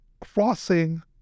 crossing